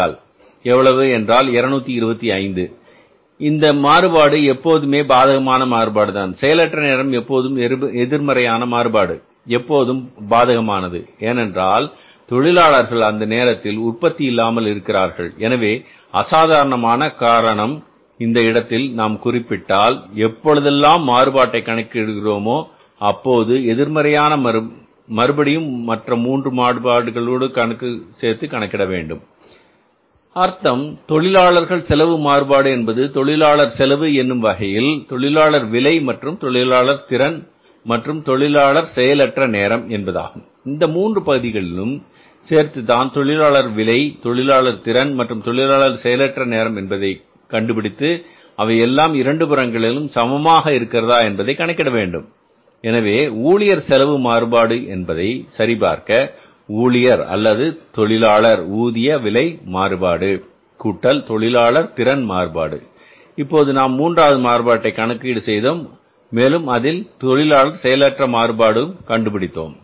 25 எவ்வளவு என்றால் மொத்தம் 225 இந்த மாறுபாடு எப்போதுமே பாதகமான மாறுபாடு தான் செயலற்ற நேரம் எப்போதும் எதிர்மறையான மாறுபாடு எப்போதும் பாதகமானது ஏனென்றால் தொழிலாளர்கள் அந்த நேரத்தில் உற்பத்தி இல்லாமல் இருக்கிறார்கள் எனவே அசாதாரணமான காரரும் இந்த இடத்தில் நாம் குறிப்பிட்டால் எப்பொழுதெல்லாம் மாறுபாட்டை கணக்கிடுகிறோம் அப்போது எதிர்மறையான மறுபடியும் மற்ற 3 மாறுபாடுகள் கணக்கிடும்போது சேர்த்து கணக்கிட வேண்டும் அர்த்தம் தொழிலாளர் செலவு மாறுபாடு என்பது தொழிலாளர் செலவு என்னும் வகையில் தொழிலாளர் விலை மற்றும் தொழிலாளர் திறன் மற்றும் தொழிலாளர் செயல் அற்ற நேரம் என்பதாகும் இந்த மூன்று பகுதிகளும் சேர்ந்ததுதான் தொழிலாளர் விலை தொழிலாளர் திறன் மற்றும் தொழிலாளர் செயலற்ற நேரம் என்பதை நாம் கண்டுபிடித்து அவை எல்லாம் இரண்டு புறங்களிலும் சமமாக இருக்கிறதா என்பதை கணக்கிட வேண்டும் எனவே ஊழியர் செலவு மாறுபாடு என்பதை சரிபார்க்க ஊழியர் அல்லது தொழிலாளர் ஊதிய விலை மாறுபாடு கூட்டல் தொழிலாளர் திறன் மாறுபாடு இப்போது நாம் மூன்றாவது மாறுபாட்டை கணக்கீடு செய்தோம் மேலும் அதில் தொழிலாளர் செயலற்ற மாறுபடும் கண்டுபிடித்தோம்